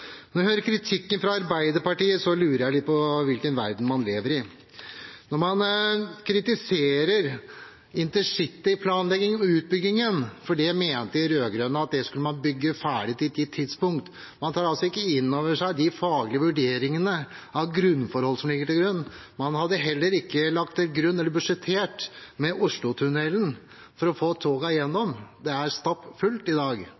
Når jeg hører kritikken fra Arbeiderpartiet, lurer jeg litt på hvilken verden man lever i. Man kritiserer intercityplanleggingen og -utbyggingen, for de rød-grønne mente at man skulle bygge ferdig til et gitt tidspunkt. Man tar altså ikke inn over seg de faglige vurderingene av grunnforholdene som ligger til grunn. Man har heller ikke budsjettert hva gjelder Oslotunnelen for å få togene igjennom. Det er stappfullt i dag,